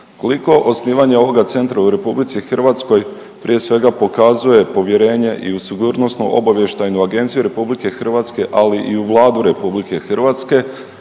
Koliko osnivanje ovoga centra u Republici Hrvatskoj prije svega pokazuje povjerenje i u Sigurnosno-obavještajnu agenciju Republike Hrvatske ali i u Vladu Republike Hrvatske